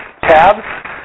tabs